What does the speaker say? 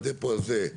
והדפו הזה,